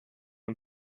und